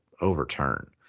overturn